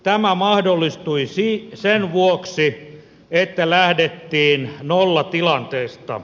tämä mahdollistui sen vuoksi että lähdettiin nollatilanteesta